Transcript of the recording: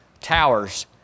Towers